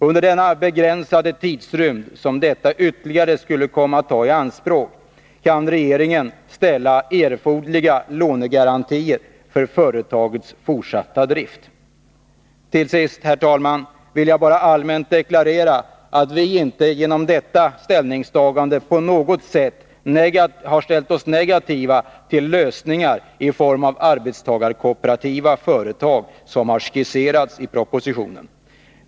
Under den begränsade tidsrymd som detta ytterligare skulle komma att ta i anspråk skulle regeringen kunna ställa erforderliga lånegarantier för företagets fortsatta drift. Till sist, herr talman, vill jag bara allmänt deklarera att vi genom detta ställningstagande inte på något sätt har ställt oss negativa till de lösningar i form av arbetstagarkooperativa företag som har skissats i propositionen.